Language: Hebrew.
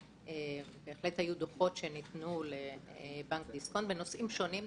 בהחלט היו דוחות שניתנו לבנק דיסקונט בנושאים שונים.